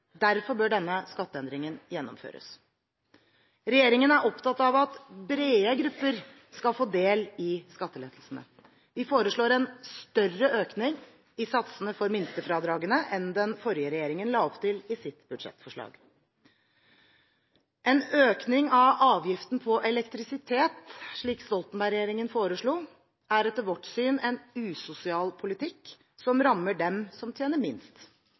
Derfor bør denne skatteendringen gjennomføres. Regjeringen er opptatt av at brede grupper skal få del i skattelettelsene. Vi foreslår en større økning i satsene for minstefradragene enn den forrige regjeringen la opp til i sitt budsjettforslag. En økning av avgiften på elektrisitet, slik Stoltenberg-regjeringen foreslo, er etter vårt syn en usosial politikk som rammer dem som tjener minst.